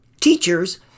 Teachers